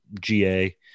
GA